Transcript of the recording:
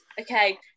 Okay